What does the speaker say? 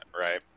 right